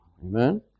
Amen